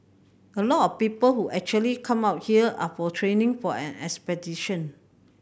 a lot of people who actually come out here are for training for an expedition